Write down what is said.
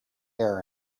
air